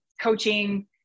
coaching